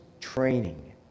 training